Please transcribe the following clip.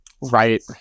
right